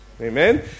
Amen